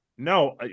No